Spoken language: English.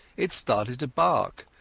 it started to bark,